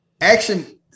Action